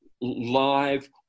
live